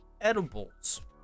edibles